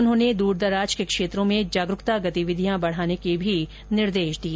उन्होंने दूरदराज के क्षेत्रों में जागरूकता गतिविधियां बढाने के भी निर्देश दिए